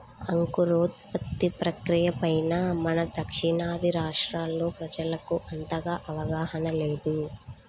అంకురోత్పత్తి ప్రక్రియ పైన మన దక్షిణాది రాష్ట్రాల్లో ప్రజలకు అంతగా అవగాహన లేదు